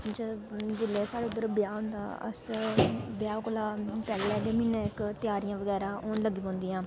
जेल्लै साढ़े इद्धर ब्याह होंदा अस ब्याह कोला पैहलें म्हीना इक तयैरियां बगैरा होन लगी पौंदियां